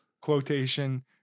quotation